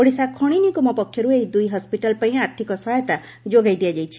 ଓଡ଼ିଶା ଖଶି ନିଗମ ପକ୍ଷରୁ ଏହି ଦୁଇ ହସ୍କିଟାଲ୍ପାଇଁ ଆର୍ଥିକ ସହାୟତା ଯୋଗାଇ ଦିଆଯାଇଛି